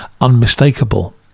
unmistakable